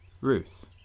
Ruth